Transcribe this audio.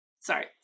sorry